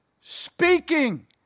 speaking